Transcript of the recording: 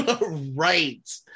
Right